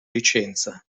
licenza